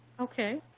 okay.